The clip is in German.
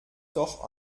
doch